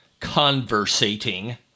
conversating